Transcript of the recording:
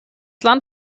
land